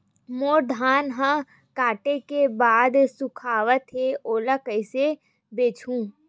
मोर धान ह काटे के बाद सुखावत हे ओला कइसे बेचहु?